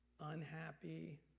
unhappy